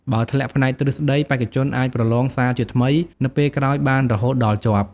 បើធ្លាក់ផ្នែកទ្រឹស្តី បេក្ខជនអាចប្រឡងសាជាថ្មីនៅពេលក្រោយបានរហូតដល់ជាប់។